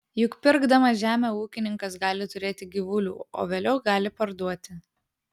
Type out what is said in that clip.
juk pirkdamas žemę ūkininkas gali turėti gyvulių o vėliau gali parduoti